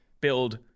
build